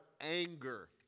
anger